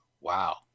wow